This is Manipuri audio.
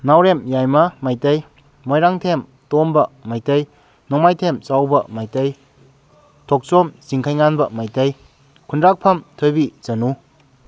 ꯅꯥꯎꯔꯦꯝ ꯌꯥꯏꯃꯥ ꯃꯩꯇꯩ ꯃꯣꯏꯔꯥꯡꯊꯦꯝ ꯇꯣꯝꯕ ꯃꯩꯇꯩ ꯅꯣꯡꯃꯥꯏꯊꯦꯝ ꯆꯥꯎꯕ ꯃꯩꯇꯩ ꯊꯣꯛꯆꯣꯝ ꯆꯤꯡꯈꯩꯉꯥꯟꯕ ꯃꯩꯇꯩ ꯈꯨꯟꯗ꯭ꯔꯥꯛꯄꯝ ꯊꯣꯏꯕꯤ ꯆꯅꯨ